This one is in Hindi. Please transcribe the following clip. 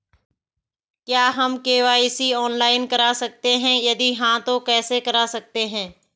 क्या हम के.वाई.सी ऑनलाइन करा सकते हैं यदि हाँ तो कैसे करा सकते हैं?